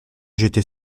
j’étais